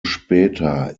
später